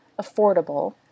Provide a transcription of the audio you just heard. affordable